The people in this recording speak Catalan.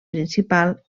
principal